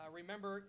remember